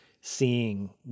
seeing